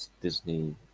Disney